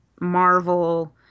Marvel